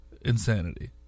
insanity